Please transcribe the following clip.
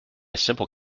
simple